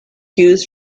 cues